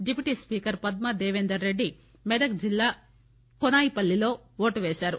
deputy speaker Padma Devender Reddy Medak జిల్లా కోనాయిపల్లిలో vote పేశారు